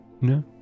no